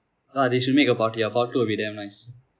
ya they should make a part two ah part two will be damn nice